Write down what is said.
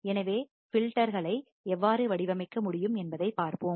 எனவே வடிப்பான்களை பில்டர் எவ்வாறு வடிவமைக்க முடியும் என்பதைப் பார்ப்போம்